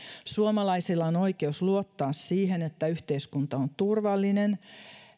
suomalaisilla on oikeus luottaa siihen että yhteiskunta on turvallinen